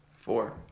Four